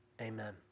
amen